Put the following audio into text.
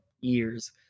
years